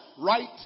right